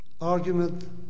argument